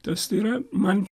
tas tai yra man